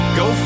go